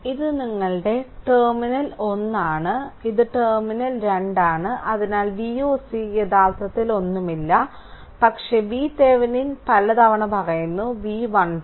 ഇത് നിങ്ങളുടെ ടെർമിനൽ 1 ആണ് ഇത് ടെർമിനൽ 2 ആണ് അതിനാൽ Voc യഥാർത്ഥത്തിൽ ഒന്നുമില്ല പക്ഷേ VThevenin പലതവണ പറയുന്നു V 1 2